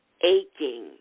aching